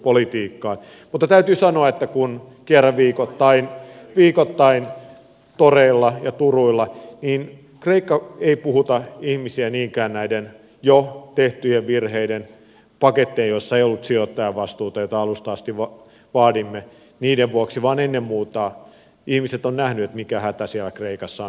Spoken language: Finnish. mutta täytyy sanoa että kun kierrän viikoittain toreilla ja turuilla niin kreikka ei puhuta ihmisiä niinkään näiden jo tehtyjen virheiden vuoksi pakettien joissa ei ollut sijoittajan vastuuta jota alusta asti vaadimme vaan ennen muuta ihmiset ovat nähneet mikä hätä siellä kreikassa on